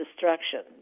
destruction